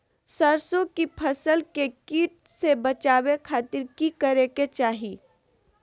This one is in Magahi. सरसों की फसल के कीट से बचावे खातिर की करे के चाही?